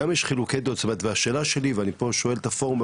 גם יש חילוקי דעות והשאלה שלי ואני פה שואל את הפורום,